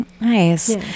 Nice